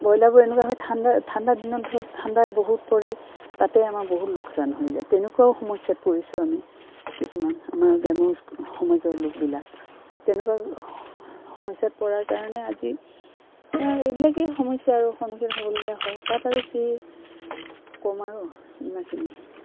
ব্ৰইলাৰবোৰ এনেকুৱা হয় ঠাণ্ডা ঠাণ্ডাদিনত ধৰক ঠাণ্ডা বহুত পৰে তাতে আমাৰ বহুত লোকচান হৈ যায় তেনেকুৱাও সমস্যাত পৰিছোঁ আমি কিছুমান আমাৰ গ্ৰাম্য সমাজৰ লোকবিলাক তেনেকুৱা সমস্যাত পৰাৰ কাৰণে আজি এইবিলাকেই সমস্যা আৰু সন্মুখীন হ'বলগীয়া হয় তাত আৰু কি ক'ম আৰু ইমানখিনিয়ে